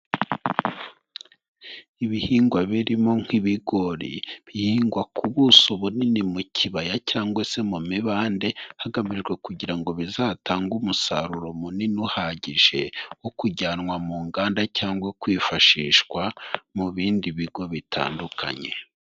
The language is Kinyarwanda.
Ibihingwa birimo nk'ibigori bihingwa ku buso bunini mu kibaya cyangwa se mu mibande, hagamijwe kugira ngo bizatange umusaruro munini uhagije wo kujyanwa mu nganda cyangwa kwifashishwa mu bindi bigo bitandukanye.